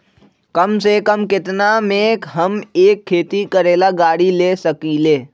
कम से कम केतना में हम एक खेती करेला गाड़ी ले सकींले?